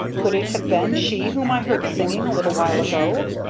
could it have been she whom i heard singing a little while ago?